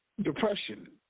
depression